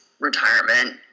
retirement